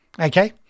okay